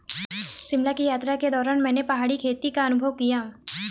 शिमला की यात्रा के दौरान मैंने पहाड़ी खेती का अनुभव किया